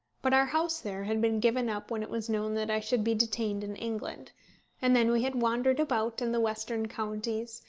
but our house there had been given up when it was known that i should be detained in england and then we had wandered about in the western counties,